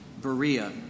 Berea